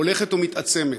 הולכת ומתעצמת.